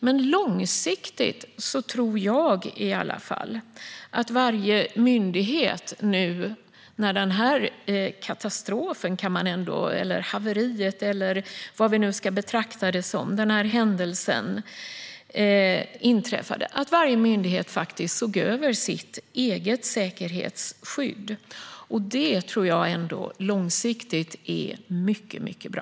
Men jag tror att varje myndighet efter att denna katastrof eller detta haveri eller vad vi nu ska betrakta det som, denna händelse, inträffat såg över sitt eget säkerhetsskydd - och det tror i alla fall jag är långsiktigt mycket bra.